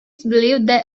they